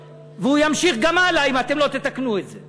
והוא ימשיך גם הלאה אם אתם לא תתקנו את זה,